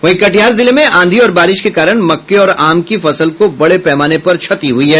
वहीं कटिहार जिले में आंधी और बारिश के कारण मक्के और आम की फसल को बड़े पैमाने पर क्षति हुई है